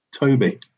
Toby